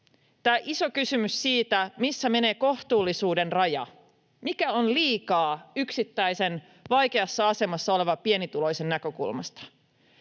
Tämä on iso kysymys siitä, missä menee kohtuullisuuden raja, mikä on liikaa yksittäisen vaikeassa asemassa olevan pienituloisen näkökulmasta.